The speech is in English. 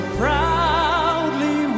proudly